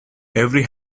every